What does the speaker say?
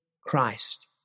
Christ